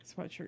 sweatshirt